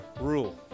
rule